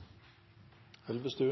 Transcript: jeg